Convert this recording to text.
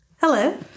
Hello